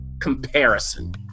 comparison